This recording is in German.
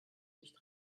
nicht